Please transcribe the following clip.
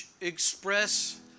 express